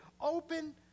open